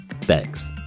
Thanks